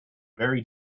very